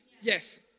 Yes